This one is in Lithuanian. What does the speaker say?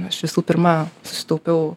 aš visų pirma susitaupiau